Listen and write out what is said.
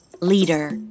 leader